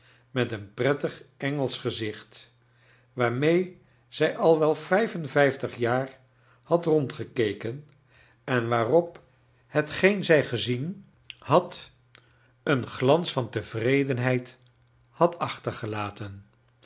met een prettig engolsoh gezicht waarmce zij al wel vijfenvijftig jaar had rondgekeken en waarop hetgeen zij gezien charles dickens bad een glans van tevredenheid had achtergelaten